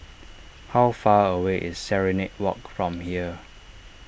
how far away is Serenade Walk from here